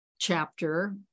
chapter